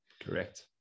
correct